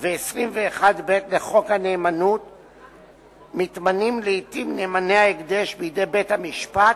ו-21(ב) לחוק הנאמנות מתמנים לעתים נאמני הקדש בידי בית-המשפט,